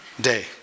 day